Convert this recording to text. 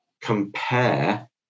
compare